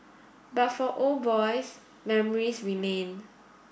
but for old boys memories remain